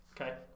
Okay